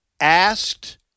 asked